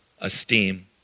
esteem